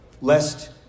lest